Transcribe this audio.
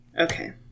Okay